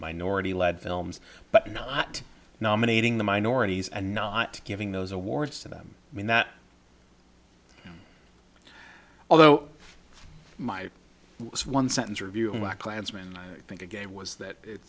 minority led films but not nominating the minorities and not giving those awards to them i mean that although my one sentence review klansmen think again was that